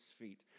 feet